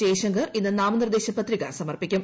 ജയ്ശ്ക്കർ ഇന്ന് നാമനിർദ്ദേക പത്രിക സമർപ്പിക്കും